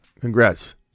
Congrats